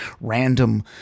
random